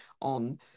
on